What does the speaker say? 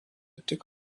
tik